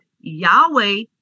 Yahweh